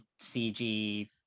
CG